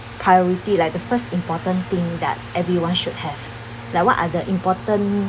priority like the first important thing that everyone should have like what are the important